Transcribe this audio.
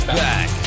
back